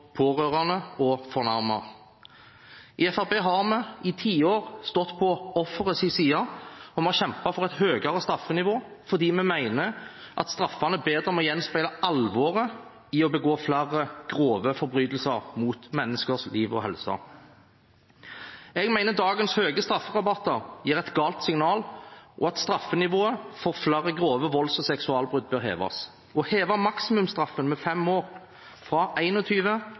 pårørende og fornærmede. I Fremskrittspartiet har vi i tiår stått på offerets side, og vi har kjempet for et høyere straffenivå, fordi vi mener at straffene bedre må gjenspeile alvoret i det å begå flere grove forbrytelser mot menneskers liv og helse. Jeg mener dagens høye strafferabatter gir et galt signal, og at straffenivået for flere grove volds- og seksuallovbrudd bør heves. Å heve maksimumsstraffen med 5 år – fra